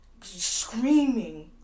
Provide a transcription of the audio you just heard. screaming